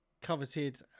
coveted